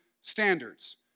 standards